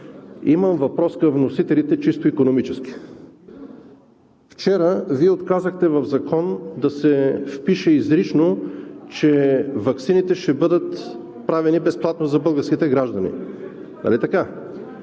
Имам въпрос към вносителите, чисто икономически. Вчера Вие отказахте в Закона да се запише изрично, че ваксините ще бъдат правени безплатно за българските граждани. Нали така?